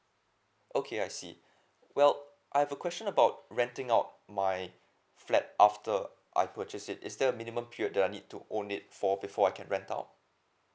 okay I see well I have a question about renting out my flat after I purchased it is the minimum period I need to own it for before I can rent out